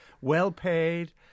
well-paid